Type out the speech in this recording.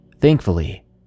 Thankfully